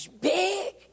big